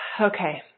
okay